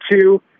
two